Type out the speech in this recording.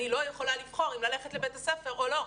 אני לא יכולה לבחור אם ללכת לבית הספר או לא,